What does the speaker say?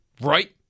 Right